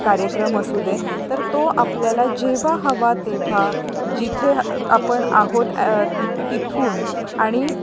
कार्यक्रम असू दे तर तो आपल्याला जेव्हा हवा तेव्हा जिथे आपण आहोत ति तिथून आणि